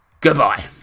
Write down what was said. goodbye